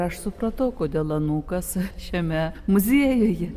aš supratau kodėl anūkas šiame muziejuje